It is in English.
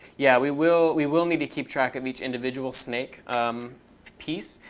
yeah, we will we will need to keep track of each individual snake piece.